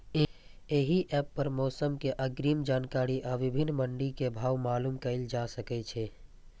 एहि एप पर मौसम के अग्रिम जानकारी आ विभिन्न मंडी के भाव मालूम कैल जा सकै छै